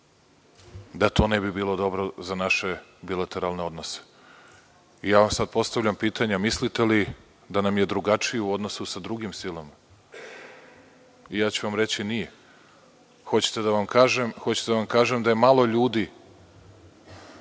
da to ne bi bilo dobro za naše bilateralne odnose. Ja vam sam postavljam pitanje – mislite li da nam je drugačije u odnosu sa drugim silama? Reći ću vam – nije. Hoćete da vam kažem da je malo ljudi,